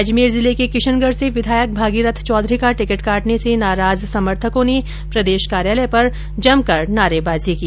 अजमेर जिले के किशनगढ से विधायक भागीरथ चौधरी का टिकट काटने से नाराज समर्थकों ने प्रदेश कार्यालय पर जमकर नारेबाजी की